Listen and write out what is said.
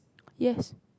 yes